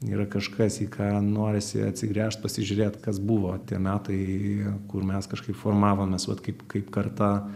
yra kažkas į ką norisi atsigręžt pasižiūrėt kas buvo tie metai kur mes kažkaip formavomės vat kaip kaip karta